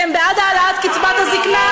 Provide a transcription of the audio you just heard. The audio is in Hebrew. אתם בעד העלאת קצבת הזקנה?